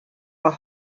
are